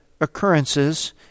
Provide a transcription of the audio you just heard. occurrences